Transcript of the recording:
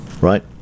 Right